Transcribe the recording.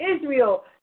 Israel